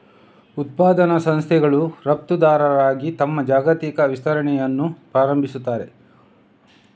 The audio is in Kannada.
ಉತ್ಪಾದನಾ ಸಂಸ್ಥೆಗಳು ರಫ್ತುದಾರರಾಗಿ ತಮ್ಮ ಜಾಗತಿಕ ವಿಸ್ತರಣೆಯನ್ನು ಪ್ರಾರಂಭಿಸುತ್ತವೆ